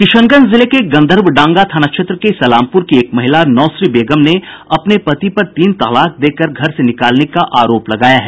किशनगंज जिले के गंधर्व डांगा थाना क्षेत्र के सलामपुर की एक महिला नौसरी बेगम ने अपने पति पर तीन तलाक देकर घर से निकालने का आरोप लगाया है